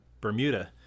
Bermuda